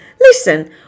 Listen